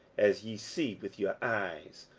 as ye see with your eyes.